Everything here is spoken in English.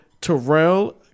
Terrell